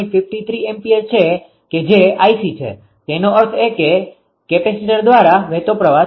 53 ampere છે કે જે 𝐼𝐶 છે તેનો અર્થ એ કે કેપેસિટર દ્વારા વહેતો પ્રવાહ છે